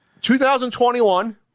2021